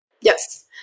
Yes